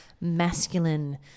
masculine